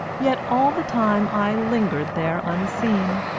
yet all the time i lingered there unseen,